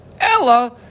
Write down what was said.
Ella